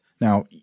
Now